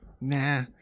Nah